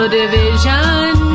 division